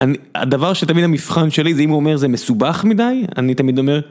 הדבר שתמיד המבחן שלי זה אם הוא אומר זה מסובך מדי, אני תמיד אומר...